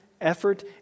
effort